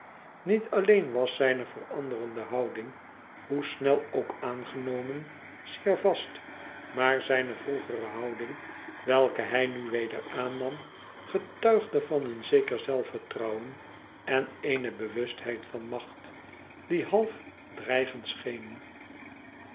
niet alleen was zijne veranderde houding hoe snel ook aangenomen zeer vast maar zijne vroegere houding welke hij nu weder aannam getuigde van een zeker zelfvertrouwen en eene bewustheid van macht die half dreigend schenen